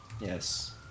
Yes